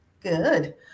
Good